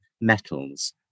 Metals